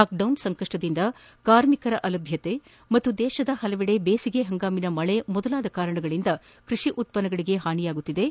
lockdown ಸಂಕಷ್ನದಿಂದ ಕಾರ್ಮಿಕರ ಅಲಭ್ಧತೆ ಹಾಗೂ ದೇಶದ ಹಲವೆಡೆ ಬೇಸಿಗೆ ಹಂಗಾಮಿನ ಮಳೆ ಮೊದಲಾದ ಕಾರಣಗಳಿಂದ ಕೃಷಿ ಉತ್ಪನ್ನಗಳಿಗೆ ಹಾನಿಯಾಗುತ್ತಿದ್ದು